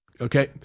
Okay